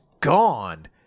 gone